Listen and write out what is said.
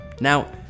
Now